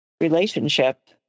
Relationship